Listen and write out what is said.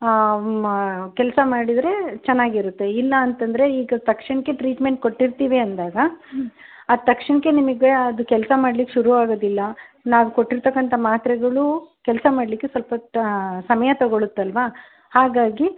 ಹಾಂ ಮ ಕೆಲಸ ಮಾಡಿದರೆ ಚೆನ್ನಾಗಿರತ್ತೆ ಇಲ್ಲ ಅಂತಂದರೆ ಈಗ ತಕ್ಷಣಕ್ಕೆ ಟ್ರೀಟ್ಮೆಂಟ್ ಕೊಟ್ಟಿರ್ತೀವಿ ಅಂದಾಗ ಆ ತಕ್ಷಣಕ್ಕೆ ನಿಮಗೆ ಅದು ಕೆಲಸ ಮಾಡ್ಲಿಕ್ಕೆ ಶುರುವಾಗೋದಿಲ್ಲ ನಾವು ಕೊಟ್ಟಿರತಕ್ಕಂಥ ಮಾತ್ರೆಗಳು ಕೆಲಸ ಮಾಡಲಿಕ್ಕೆ ಸ್ವಲ್ಪ ಸಮಯ ತಗೊಳ್ಳುತ್ತಲ್ವಾ ಹಾಗಾಗಿ